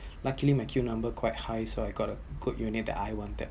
luckily my queue number quite high so I got a good unit that I wwanted